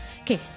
okay